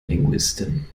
linguistin